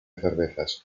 cervezas